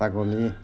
ছাগলী